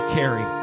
carry